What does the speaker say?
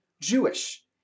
Jewish